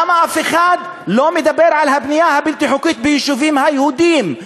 למה אף אחד לא מדבר על הבנייה הבלתי-חוקית ביישובים היהודיים?